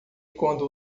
quando